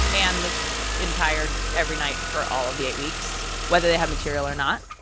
and this entire, every night for all of the eight weeks, whether they have material or not.